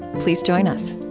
please join us